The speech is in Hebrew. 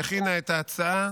שהכינה את ההצעה,